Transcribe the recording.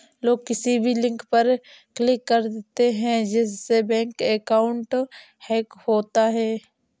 लोग किसी भी लिंक पर क्लिक कर देते है जिससे बैंक अकाउंट हैक होता है